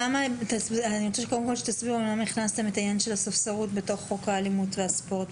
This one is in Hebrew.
למה הכנסתם את עניין הספסרות בחוק האלימות והספורט?